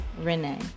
Renee